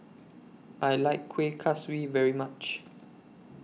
I like Kueh Kaswi very much